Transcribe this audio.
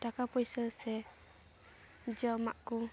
ᱴᱟᱠᱟ ᱯᱚᱭᱥᱟ ᱥᱮ ᱡᱚᱢᱟᱜ ᱠᱚ